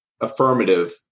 affirmative –